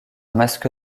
masque